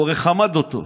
הוא הרי חמד אותו.